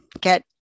get